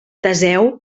teseu